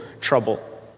trouble